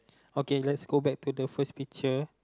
okay let's go back to the first picture